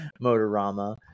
Motorama